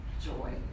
joy